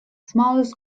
smallest